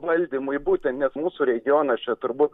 valdymui būten nes mūsų regionas čia turbūt